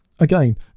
Again